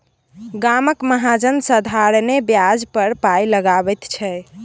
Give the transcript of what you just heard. गामक महाजन साधारणे ब्याज पर पाय लगाबैत छै